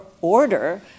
order